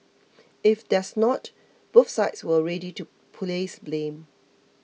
if there's not both sides were ready to place blame